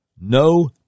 No